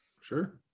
Sure